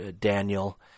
Daniel